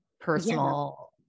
personal